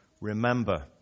remember